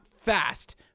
fast